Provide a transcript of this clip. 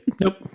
nope